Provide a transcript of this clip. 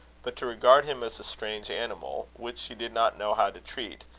but to regard him as a strange animal, which she did not know how to treat,